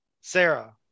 Sarah